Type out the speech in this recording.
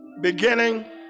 beginning